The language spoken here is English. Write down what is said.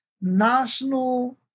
national